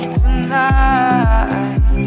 tonight